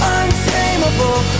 untamable